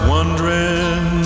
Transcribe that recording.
Wondering